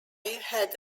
had